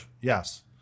Yes